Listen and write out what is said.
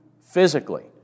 physically